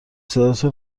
صداتو